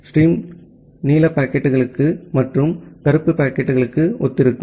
நீரோடைகள் நீல பாக்கெட்டுகள் மற்றும் கருப்பு பாக்கெட்டுகளுக்கு ஒத்திருக்கும்